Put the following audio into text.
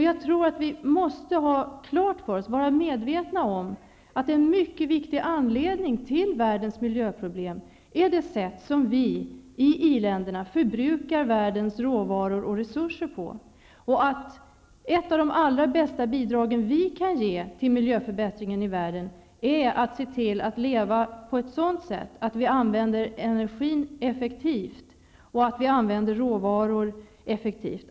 Jag tror att vi måste ha klart för oss och vara medvetna om att en mycket viktig anledning till världens miljöproblem är det sätt på vilket vi i iländerna förbrukar världens råvaror och resurser. Ett av de allra bästa bidragen vi kan ge till miljöförbättringen i världen är att se till att leva på ett sådant sätt att vi använder energin och råvaror effektivt.